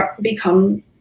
become